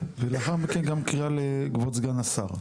ולאחר מכן גם קריאה לכבוד סגן השר.